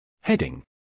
Heading